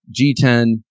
G10